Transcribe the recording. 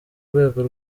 rwego